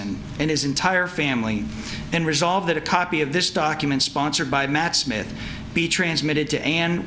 akeson and his entire family and resolve that a copy of this document sponsored by matt smith be transmitted to an